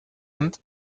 und